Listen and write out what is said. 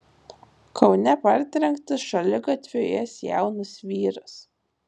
kaune partrenktas šaligatviu ėjęs jaunas vyras